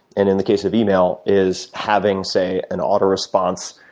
and in the case of email is having say an auto response,